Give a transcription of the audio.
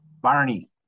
Barney